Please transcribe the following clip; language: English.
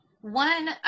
one